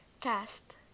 Cast